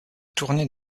tournée